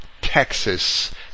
Texas